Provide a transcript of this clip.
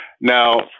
Now